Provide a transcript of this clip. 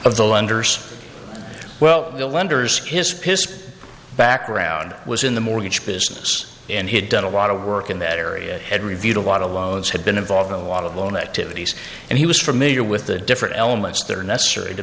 lenders well the lenders his pissed background was in the mortgage business and he had done a lot of work in that area had reviewed a lot of loans had been involved in a lot of loan activities and he was familiar with the different elements that are necessary to